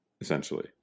essentially